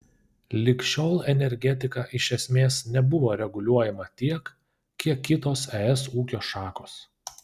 lig šiol energetika iš esmės nebuvo reguliuojama tiek kiek kitos es ūkio šakos